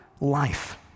life